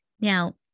Now